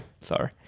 Sorry